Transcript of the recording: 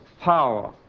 power